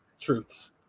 truths